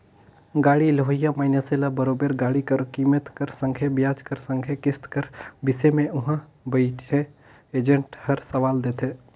गाड़ी लेहोइया मइनसे ल बरोबेर गाड़ी कर कीमेत कर संघे बियाज कर संघे किस्त कर बिसे में उहां बइथे एजेंट हर सलाव देथे